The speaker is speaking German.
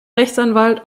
rechtsanwalt